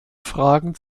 fragen